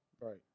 right